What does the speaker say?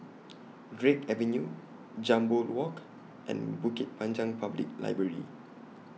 Drake Avenue Jambol Walk and Bukit Panjang Public Library